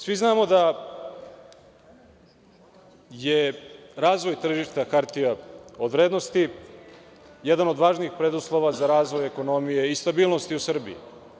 Svi znamo da je razvoj tržišta hartija od vrednosti jedan od važnih preduslova za razvoj ekonomije i stabilnosti u Srbiji.